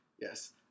Yes